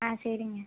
ஆ சரிங்க